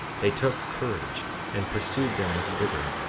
they took courage and pursued them with vigor.